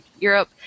Europe